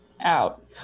out